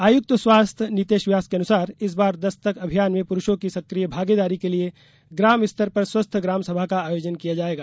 आयुक्त स्वास्थ्य नीतेश व्यास के अनुसार इस बार दस्तक अभियान में पुरूषों की सक्रिय भागीदारी के लिये ग्राम स्तर पर स्वस्थ ग्राम सभा का आयोजन किया जायेगा